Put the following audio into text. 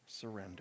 surrender